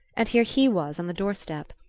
and here he was on the doorstep.